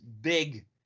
big